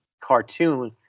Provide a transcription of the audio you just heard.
cartoon